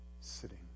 sitting